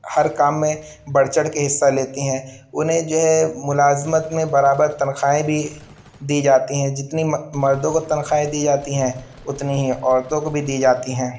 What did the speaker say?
ہر کام میں بڑھ چڑھ کے حصہ لیتی ہیں انہیں جو ہے ملازمت میں برابر تنخواہیں بھی دی جاتی ہیں جتنی مردوں کو تنخواہیں دی جاتی ہیں اتنی ہی عورتوں کو بھی دی جاتی ہیں